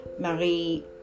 Marie